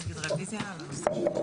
ניפגש ב-11:10.